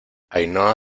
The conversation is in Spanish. ainhoa